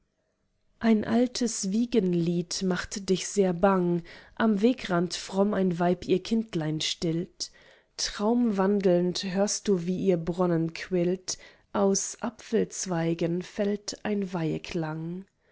ein altes wiegenlied macht dich sehr bang am wegrand fromm ein weib ihr kindlein stillt traumwandelnd hörst du wie ihr bronnen quillt aus apfelzweigen fällt ein